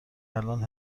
الان